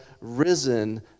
risen